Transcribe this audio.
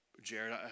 Jared